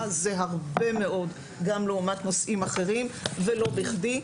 שזה הרבה מאוד גם לעומת נושאים אחרים ולא בכדי.